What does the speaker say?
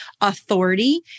authority